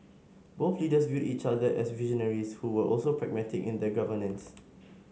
both leaders viewed each other as visionaries who were also pragmatic in their governance